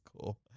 cool